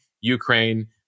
Ukraine